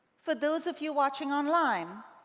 for those of you watching online,